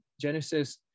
Genesis